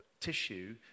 tissue